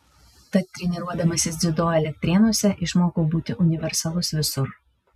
tad treniruodamasis dziudo elektrėnuose išmokau būti universalus visur